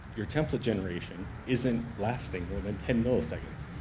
your template generation isn't lasting more than ten milliseconds.